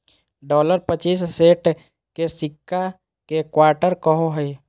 dollar पच्चीस cent के सिक्का के क्वार्टर कहो हइ